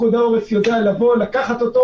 פיקוד העורף יודע לבוא ולקחת אותו